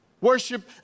Worship